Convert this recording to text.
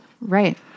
Right